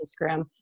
Instagram